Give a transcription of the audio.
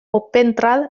opentrad